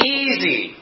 easy